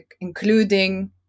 including